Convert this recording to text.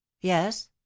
Yes